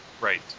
Right